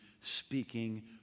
speaking